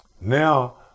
now